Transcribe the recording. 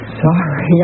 sorry